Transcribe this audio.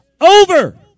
over